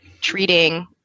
treating